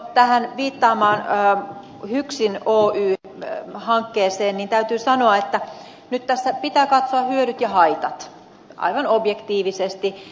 tähän viittaamaanne hyksin oy hankkeeseen täytyy sanoa että nyt tässä pitää katsoa hyödyt ja haitat aivan objektiivisesti